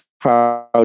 proud